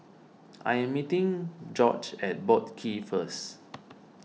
I am meeting Gorge at Boat Quay first